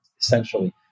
essentially